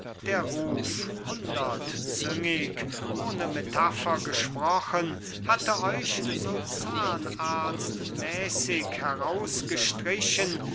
der ruf hundertzüngig ohne metapher gesprochen hatte euch so zahnarztmäßig herausgestrichen